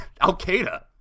al-Qaeda